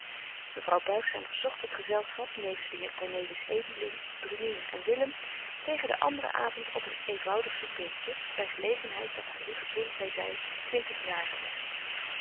mevrouw buigzaam verzogt het gezelschap nevens den heer cornelis edeling brunier en willem tegen den anderen avond op een eenvoudig soupeetje by gelegenheid dat haar lieve kind zei zy twintig jaar werdt